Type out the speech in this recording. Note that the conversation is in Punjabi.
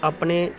ਆਪਣੇ